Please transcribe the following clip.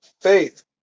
faith